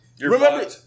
remember